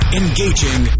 engaging